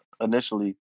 initially